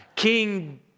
King